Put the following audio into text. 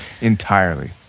entirely